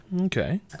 Okay